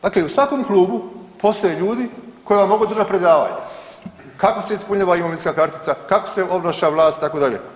Dakle, u svakom klubu postoje ljudi kojima ja mogu držati predavanja kako se ispunjava imovinska kartica, kako se obnaša vlast itd.